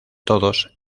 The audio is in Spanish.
todos